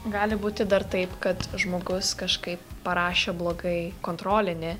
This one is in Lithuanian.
gali būti dar taip kad žmogus kažkaip parašė blogai kontrolinį